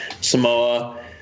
Samoa